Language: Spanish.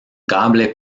cable